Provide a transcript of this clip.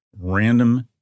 random